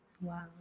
Wow